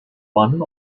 one